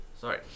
Sorry